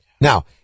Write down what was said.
Now